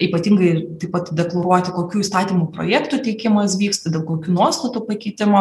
ypatingai ir taip pat deklaruoti kokių įstatymų projektų teikimas vyksta dėl kokių nuostatų pakeitimo